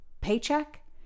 paycheck